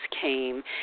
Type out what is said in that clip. came